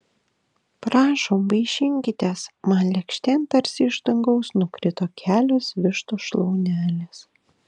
prašom vaišinkitės man lėkštėn tarsi iš dangaus nukrito kelios vištos šlaunelės